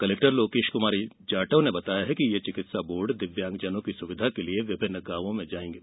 collector Lokesh Kumar Jatav ने बताया कि यह चिकित्सा बोर्ड दिव्यांगजनों की सुविधा के लिये गांवों में जायेंगे